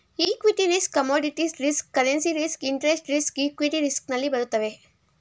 equity risk commodities risk currency risk interest risk equity risk ನಲ್ಲಿ ಬರುತ್ತವೆ